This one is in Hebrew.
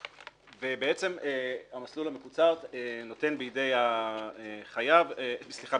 המסלול המקוצר נותן בידי הזוכה